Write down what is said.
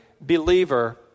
believer